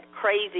crazy